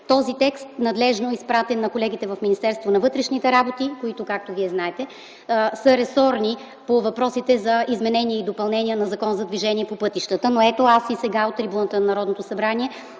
Този текст е изпратен надлежно на колегите в Министерството на вътрешните работи, които, както Вие знаете, са ресорни по въпросите за изменение и допълнение на Закона за движението по пътищата. Но ето, аз и сега от трибуната на Народното събрание